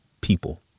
people